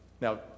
Now